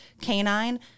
canine